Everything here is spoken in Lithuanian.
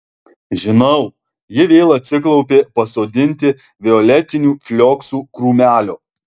žinau ji vėl atsiklaupė pasodinti violetinių flioksų krūmelio